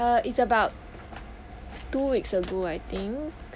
err it's about two weeks ago I think